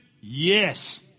Yes